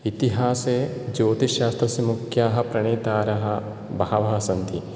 इतिहासे ज्योतिषशास्त्रस्य मुख्याः प्रणेतारः बहवः सन्ति